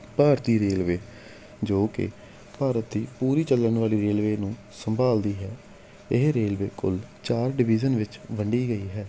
ਭਾਰਤੀ railway ਜੋ ਕਿ ਭਾਰਤ ਦੀ ਪੂਰੀ ਚੱਲਣ ਵਾਲੀ ਰੇਲਵੇ ਨੂੰ ਸੰਭਾਲਦੀ ਹੈ ਇਹ ਰੇਲਵੇ ਕੁੱਲ ਚਾਰ ਡਿਵੀਜ਼ਨ ਵਿੱਚ ਵੰਡੀ ਗਈ ਹੈ